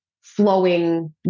flowing